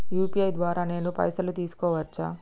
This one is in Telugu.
యూ.పీ.ఐ ద్వారా నేను పైసలు తీసుకోవచ్చా?